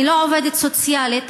אני לא עובדת סוציאלית,